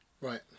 Right